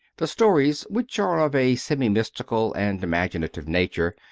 the stories, which are of a semi-mystical and imagi native nature,